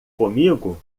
comigo